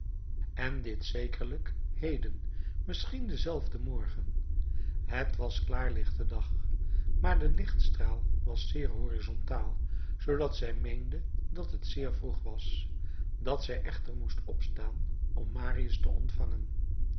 en dit zekerlijk heden misschien denzelfden morgen het was klaarlichte dag maar de lichtstraal was zeer horizontaal zoodat zij meende dat het zeer vroeg was dat zij echter moest opstaan om marius te ontvangen